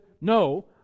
no